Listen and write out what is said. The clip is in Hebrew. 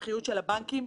אין להם חלופות,